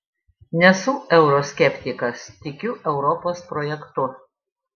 nesu euroskeptikas tikiu europos projektu